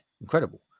Incredible